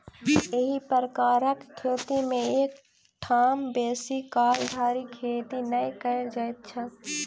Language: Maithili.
एही प्रकारक खेती मे एक ठाम बेसी काल धरि खेती नै कयल जाइत छल